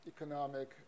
economic